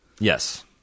Yes